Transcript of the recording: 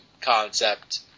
concept